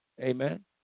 Amen